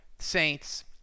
Saints